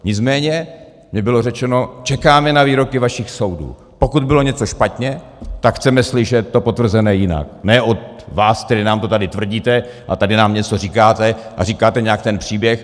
Nicméně mi bylo řečeno, čekáme na výroky vašich soudů, pokud bylo něco špatně, chceme to slyšet potvrzené jinak, ne od vás, který nám to tady tvrdíte a tady nám něco říkáte a říkáte nějak ten příběh.